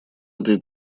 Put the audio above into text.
этой